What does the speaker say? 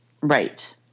Right